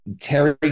Terry